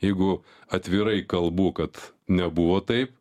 jeigu atvirai kalbu kad nebuvo taip